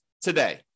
today